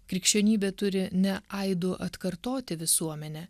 krikščionybė turi ne aidu atkartoti visuomenę